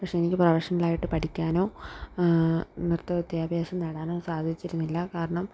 പക്ഷേ എനിക്ക് പ്രൊഫഷണലായിട്ട് പഠിക്കാനോ നൃത്ത വിദ്യാഭ്യാസം നേടാനോ സാധിച്ചിരുന്നില്ല കാരണം